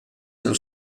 del